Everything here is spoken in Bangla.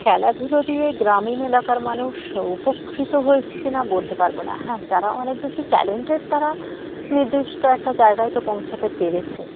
খেলাধুলো দিয়ে গ্রামীণ এলাকার মানুষ উপকৃত হয়েছে কি নাা বলতে পারবো না হ্যাঁ যারা অনেক বেশি ট্যালেন্টেড তারা নির্দিষ্ট একটা জায়গায় তো পৌঁছাতে পেরেছে